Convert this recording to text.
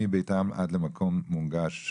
מביתם של אנשים עד למקום מונגש ונוח.